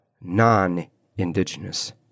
non-Indigenous